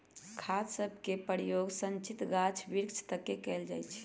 खाद सभके प्रयोग सिंचित गाछ वृक्ष तके कएल जाइ छइ